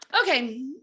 Okay